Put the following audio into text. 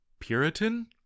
Puritan